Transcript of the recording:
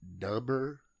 number